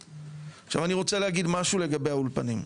אני רוצה להגיד משהו לגבי האולפנים.